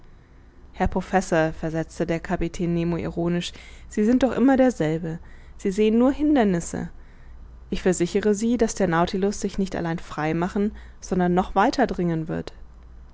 herr professor versetzte der kapitän nemo ironisch sie sind doch immer derselbe sie sehen nur hindernisse ich versichere sie daß der nautilus sich nicht allein frei machen sondern noch weiter dringen wird